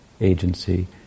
agency